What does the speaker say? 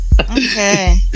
Okay